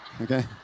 Okay